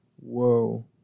Whoa